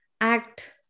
act